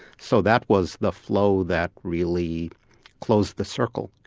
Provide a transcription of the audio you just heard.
so that was the flow that really closed the circle,